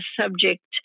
subject